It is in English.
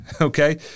okay